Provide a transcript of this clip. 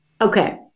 okay